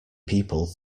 people